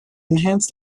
enhance